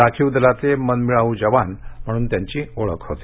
राखीव दलातले मनमिळाऊ जवान म्हणून त्यांची ओळख होती